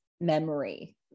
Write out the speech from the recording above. memory